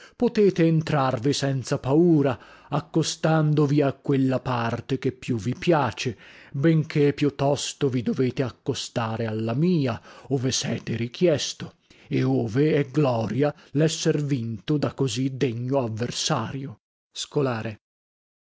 potete entrarvi senza paura aecostandovi a quella parte che più vi piace benché più tosto vi dovete accostare alla mia ove sete richiesto e ove è gloria lesser vinto da così degno avversario